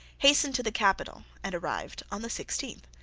hastened to the capital and arrived on the sixteenth.